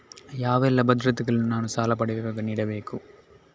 ಯಾವೆಲ್ಲ ಭದ್ರತೆಗಳನ್ನು ನಾನು ಸಾಲ ಪಡೆಯುವಾಗ ನೀಡಬೇಕು?